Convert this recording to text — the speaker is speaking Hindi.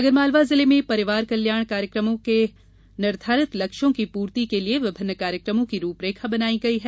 आगरमालवा जिले में परिवार कल्याण कार्यक्रमों के निर्घारित लक्ष्यों की पूर्ति के लिए विभिन्न कार्यक्रमों की रूपरेखा बनाई गई है